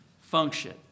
function